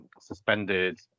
suspended